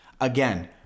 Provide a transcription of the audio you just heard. again